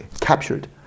captured